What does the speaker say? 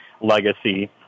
legacy